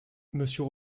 monsieur